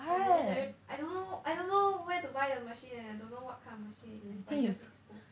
I I don't know I don't know where to buy the machine leh I don't know what kind of machine it is but it just makes both